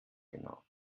genau